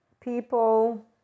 people